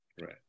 Right